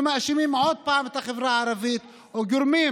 שמאשימים עוד פעם את החברה הערבית או גורמים